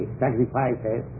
sacrifices